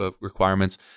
requirements